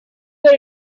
were